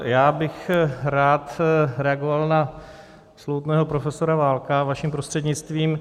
Já bych rád reagoval na slovutného profesora Válka, vaším prostřednictvím.